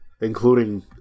Including